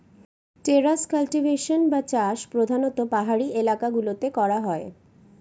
terrace cultivation বা চাষ প্রধানত পাহাড়ি এলাকা গুলোতে করা হয়